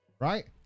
Right